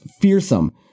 fearsome